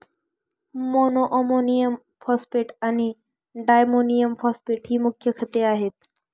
monoammonium phosphate आणि diammonium phosphate ही मुख्य खते आहेत